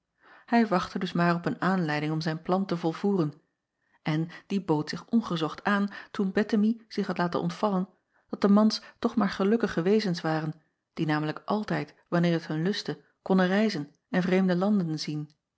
ij wachtte dus maar op een aanleiding om zijn plan te volvoeren en die bood zich ongezocht aan toen ettemie zich had laten ontvallen dat de mans toch maar gelukkige wezens waren die namelijk altijd wanneer t hun lustte konnen reizen en vreemde landen zien